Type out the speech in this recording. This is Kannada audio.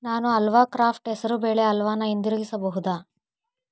ನಾನು ಹಲ್ವಾ ಕ್ರಾಫ್ಟ್ ಹೆಸರು ಬೇಳೆ ಹಲ್ವಾನ ಹಿಂದಿರುಗಿಸಬಹುದೇ